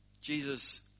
Jesus